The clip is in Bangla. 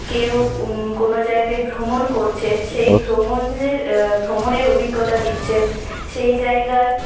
কেউ কোনো জায়গায় ভ্রমণ করছেন সেই ভ্রমণের ভ্রমণের অভিজ্ঞতা দিচ্ছেন সেই জায়গার